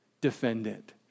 defendant